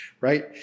right